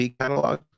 catalog